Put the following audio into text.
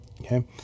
okay